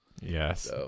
Yes